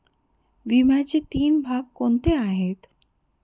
विम्याचे तीन भाग कोणते आहेत?